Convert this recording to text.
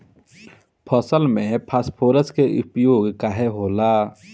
फसल में फास्फोरस के उपयोग काहे होला?